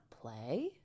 play